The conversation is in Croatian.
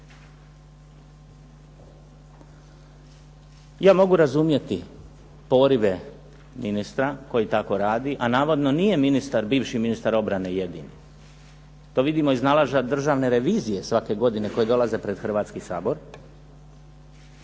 Ja mogu razumjeti porive ministra koji tako radi, a navodno nije bivši ministar obrane jednini. To vidimo iz nalaza Državne revizije svake godine koji dolaze pred Hrvatski sabor.